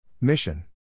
Mission